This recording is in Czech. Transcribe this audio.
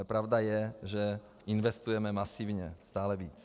Ale pravda je, že investujeme masivně, stále více.